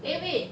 eh wait